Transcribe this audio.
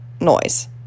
noise